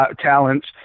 talents